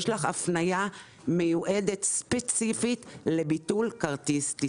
יש לך הפניה מיועדת ספציפית לביטול כרטיס טיסה.